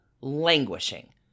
languishing